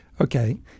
Okay